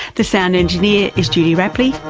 the sound engineer is judy rapley.